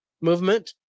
movement